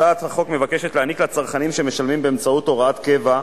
הצעת החוק מבקשת להעניק לצרכנים שמשלמים באמצעות הוראת קבע,